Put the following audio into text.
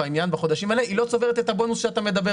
בחודשים האלה היא לא צוברת את הבונוס שאתה מדבר